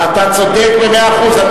אתה צודק במאה אחוז.